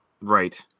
Right